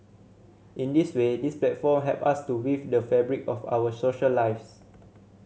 in this way these platform help us to weave the fabric of our social lives